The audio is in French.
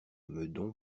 meudon